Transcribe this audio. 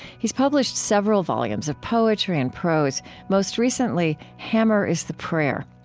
he's published several volumes of poetry and prose most recently, hammer is the prayer.